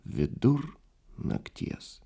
vidur nakties